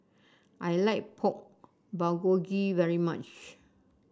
I like Pork Bulgogi very much